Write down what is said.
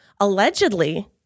Allegedly